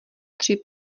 tři